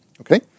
Okay